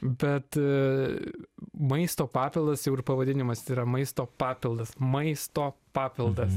bet maisto papildas jau ir pavadinimas yra maisto papildas maisto papildas